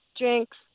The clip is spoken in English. drinks